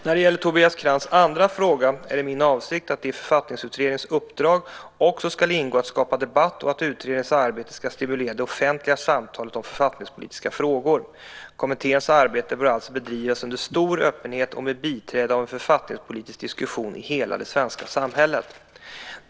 När det gäller Tobias Krantz andra fråga är det min avsikt att det i författningsutredningens uppdrag också ska ingå att skapa debatt och att utredningens arbete ska stimulera det offentliga samtalet om författningspolitiska frågor. Kommitténs arbete bör alltså bedrivas under stor öppenhet och med biträde av en författningspolitisk diskussion i hela det svenska samhället.